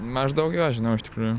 maždaug jo žinau iš tikrųjų